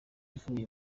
ivuye